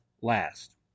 last